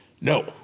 no